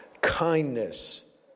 kindness